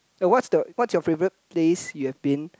uh what's the what's your favourite place you have been